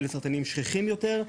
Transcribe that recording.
אלו סרטנים שכיחים יותר,